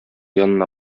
янына